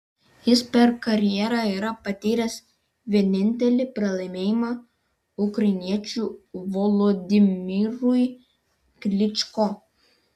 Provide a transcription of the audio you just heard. jis per karjerą yra patyręs vienintelį pralaimėjimą ukrainiečiui volodymyrui klyčko